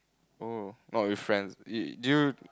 oh not with friends you do you